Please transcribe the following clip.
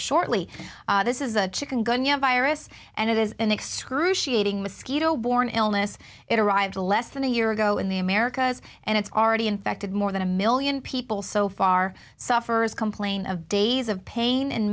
shortly this is a chicken gunyah virus and it is an excruciating mosquito borne illness it arrived less than a year ago in the americas and it's already infected more than a million people so far suffers complain of days of pain and